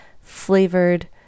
flavored